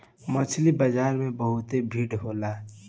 मछरी बाजार में बहुते भीड़ होखेला